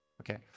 Okay